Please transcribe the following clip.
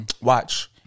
watch